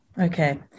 Okay